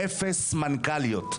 0 מנכ"ליות,